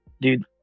Dude